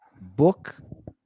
book